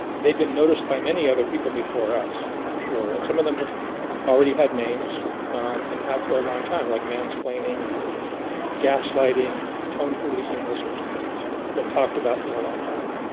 they've been noticed by many other people before us for sure and some of them already had names um and had for a long time like mansplaining and gaslighting tone policing those sorts of things have been talked about for a long time